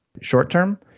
short-term